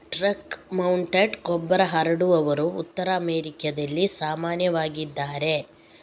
truck mounted ಗೊಬ್ಬರ ಹರಡುವವರು ಉತ್ತರ ಅಮೆರಿಕಾದಲ್ಲಿ ಸಾಮಾನ್ಯವಾಗಿದ್ದಾರೆ